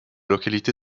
localité